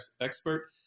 expert